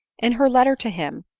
in her letter to him,